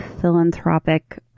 philanthropic